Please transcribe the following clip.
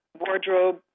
wardrobe